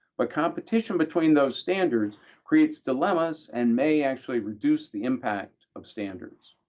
but competition between those standards creates dilemmas and may actually reduce the impact of standards.